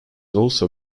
also